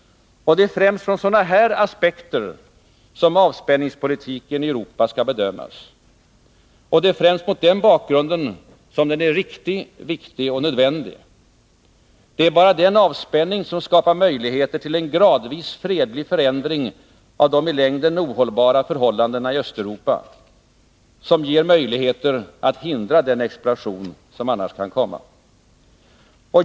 Det är främst från sådana här aspekter som avspänningspolitiken i Europa skall bedömas. Och det är främst mot denna bakgrund som den är riktig, viktig och nödvändig. Det är bara den avspänning som skapar möjligheter till en gradvis fredlig förändring av de i längden ohållbara förhållandena i Östeuropa, som ger möjligheter att hindra den explosion som annars kan komma.